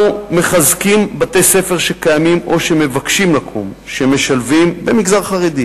אנחנו מחזקים בתי-ספר שקיימים או שמבקשים לקום במגזר החרדי